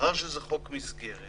מאחר שזה חוק מסגרת